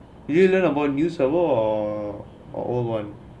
do you learn about new server or or old [one]